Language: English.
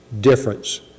difference